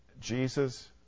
Jesus